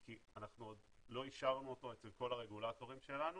כי עדיין לא אישרנו אותו אצל כל הרגולטורים שלנו